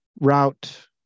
route